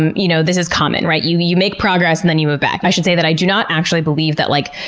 um you know, this is common, right? you you make progress and then you move back. i should say that i do not actually believe that, like,